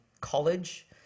college